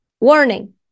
warning